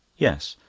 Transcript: yes.